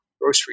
grocery